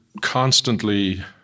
constantly